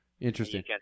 Interesting